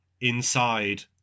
inside